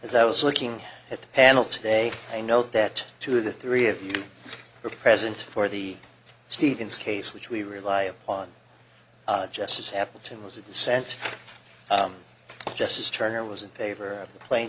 as i was looking at the panel today i know that two of the three of you were present for the stevens case which we rely on justice appleton was it the sense of justice turner was in favor of the pla